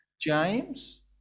James